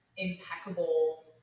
impeccable